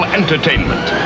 entertainment